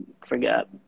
forgot